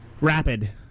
Rapid